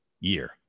year